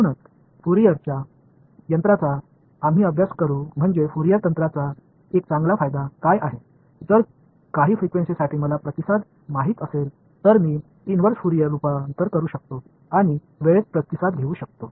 म्हणूनच फ्युअरियर तंत्रांचा आम्ही अभ्यास करू म्हणजे फुरियर तंत्रांचा एक चांगला फायदा काय आहे जर काही फ्रिक्वेन्सींसाठी मला प्रतिसाद माहित असेल तर मी इन्व्हर्स फूरियर रूपांतर करू शकतो आणि वेळेत प्रतिसाद शोधू शकतो